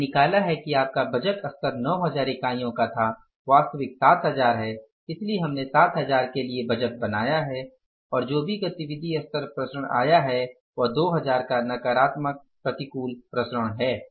हमने निकाला है कि आपका बजट स्तर 9000 इकाईयां का था वास्तविक 7000 है इसलिए हमने 7000 के लिए एक बजट बनाया है और जो गतिविधि स्तर विचरण आया है वह 2000 का नकारात्मक प्रतिकूल विचरण है